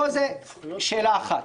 זו שאלה אחת.